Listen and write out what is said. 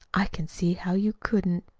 i can see how you couldn't,